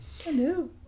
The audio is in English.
Hello